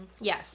Yes